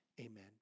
Amen